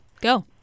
Go